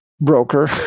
broker